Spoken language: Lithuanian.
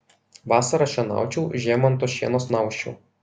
vasarą šienaučiau žiemą ant to šieno snausčiau